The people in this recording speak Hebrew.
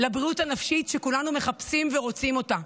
לבריאות הנפשית, שכולנו מחפשים ורוצים אותה,